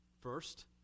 first